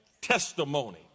testimony